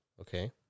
Okay